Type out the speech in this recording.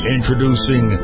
Introducing